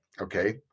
okay